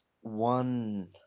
one